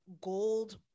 gold